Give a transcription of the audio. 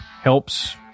helps